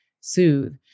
soothe